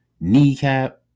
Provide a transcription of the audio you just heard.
kneecap